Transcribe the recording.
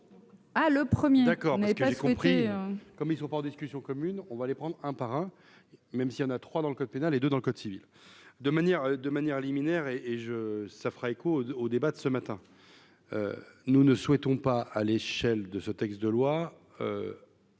Ah, le 1er d'accord n'est pas elle compris. Comme ils sont pas en discussion commune, on va les prendre un par un, même s'il y en a trois dans le code pénal et de dans le code civil de manière de manière liminaire et et je ça fera écho au débat de ce matin, nous ne souhaitons pas à l'échelle de ce texte de loi.